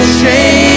shame